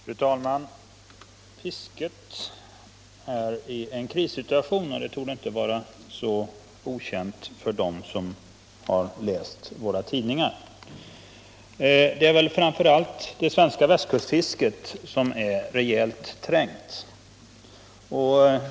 Fru talman! Fisket befinner sig i en krissituation. Det torde inte vara okänt för dem som läser tidningarna. Framför allt är väl västkustfisket hårt trängt.